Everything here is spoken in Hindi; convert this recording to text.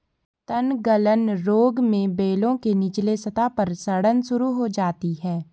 तनगलन रोग में बेलों के निचले सतह पर सड़न शुरू हो जाती है